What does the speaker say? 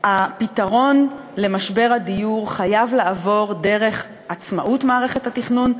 הפתרון למשבר הדיור חייב לעבור דרך עצמאות מערכת התכנון,